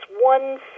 one